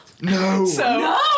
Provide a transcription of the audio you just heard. No